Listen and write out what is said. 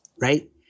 right